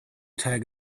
tag